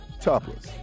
topless